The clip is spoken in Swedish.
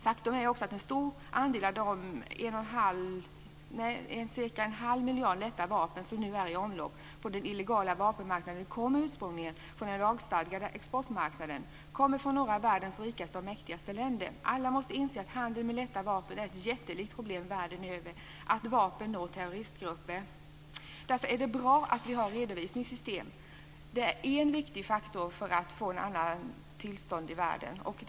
Faktum är också att en stor del av de cirka en halv miljard lätta vapen som nu är i omlopp på den illegala vapenmarknaden ursprungligen kommer från den lagstadgade exportmarknaden, från några av världens rikaste och mäktigaste länder. Alla måste inse att handeln med lätta vapen är ett jättelikt problem världen över och att vapen når terroristgrupper. Därför är det bra att vi har ett redovisningssystem som är en viktig faktor för att få ett annat tillstånd i världen.